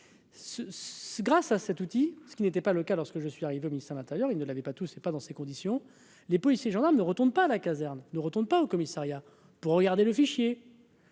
grâce à cet outil, ce qui n'était pas le cas lorsque je suis arrivée au ministère de l'Intérieur, il ne l'avait pas tout c'est pas dans ces conditions, les policiers gendarmes ne retourne pas à la caserne ne retourne pas au commissariat pour regarder le fichier.